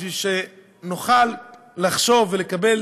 בשביל שנוכל לחשוב ולקבל